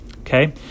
Okay